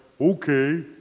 okay